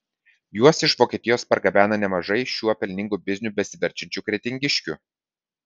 juos iš vokietijos pargabena nemažai šiuo pelningu bizniu besiverčiančių kretingiškių